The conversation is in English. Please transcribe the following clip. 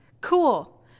Cool